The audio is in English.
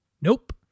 Nope